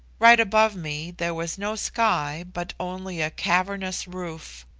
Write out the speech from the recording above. right above me there was no sky, but only a cavernous roof.